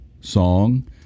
song